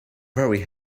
very